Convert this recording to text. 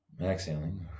Exhaling